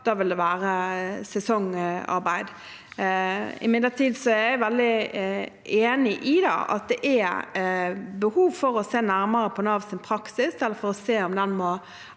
da ville det være sesongarbeid. Imidlertid er jeg veldig enig i at det er behov for å se nærmere på Navs praksis